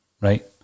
Right